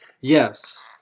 Yes